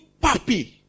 puppy